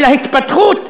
אלא התפתחות והתרחבות?